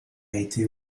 été